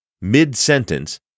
Mid-sentence